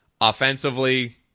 Offensively